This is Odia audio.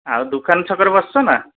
ଆଉ ଦୋକାନ ଛକରେ ବସିଛ ନା